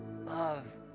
Love